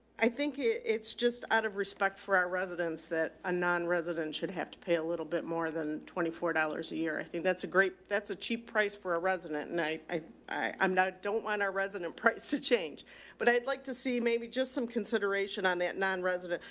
i think it's just out of respect for our residents that a non resident should have to pay a little bit more than twenty four dollars a year. i think that's a great, that's a cheap price for a resident night. i i i'm not, don't want our resident price to change but i'd like to see maybe just some consideration on that nine resident.